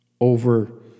over